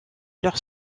leur